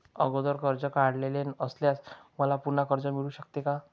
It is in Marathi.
अगोदर कर्ज काढलेले असल्यास मला पुन्हा कर्ज मिळू शकते का?